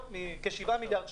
כ-7 מיליארד שקל.